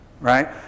Right